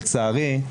לצערי,